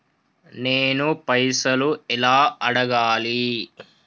నేను పైసలు ఎలా అడగాలి?